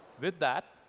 with that,